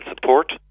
support